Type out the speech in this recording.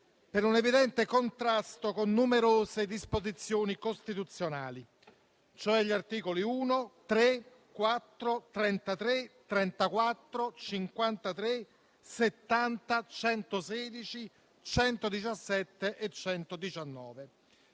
per un'evidente contrasto con numerose disposizioni costituzionali, cioè gli articoli 1, 3, 4, 33, 34, 53, 70, 116, 117 e 119.